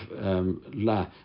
la